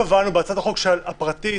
בהצעת החוק הפרטית